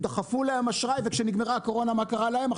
דחפו להם אשראי וכשנגמרה הקורונה מה קרה להם?